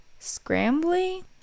scrambly